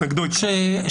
התנגדו, התכוונת.